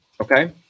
okay